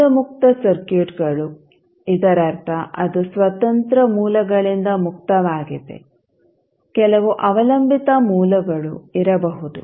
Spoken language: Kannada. ಮೂಲ ಮುಕ್ತ ಸರ್ಕ್ಯೂಟ್ಗಳು ಇದರರ್ಥ ಅದು ಸ್ವತಂತ್ರ ಮೂಲಗಳಿಂದ ಮುಕ್ತವಾಗಿದೆ ಕೆಲವು ಅವಲಂಬಿತ ಮೂಲಗಳು ಇರಬಹುದು